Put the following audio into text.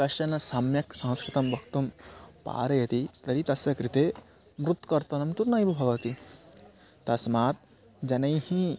कश्चन सम्यक् संस्कृतं वक्तुं पारयति तर्हि तस्य कृते मृत्कर्तनं तु नैव भवति तस्मात् जनैः